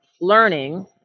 learning